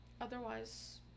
otherwise